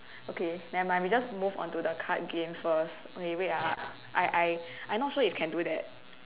okay never mind we just move on to the card game first okay wait ah I I I not sure if can do that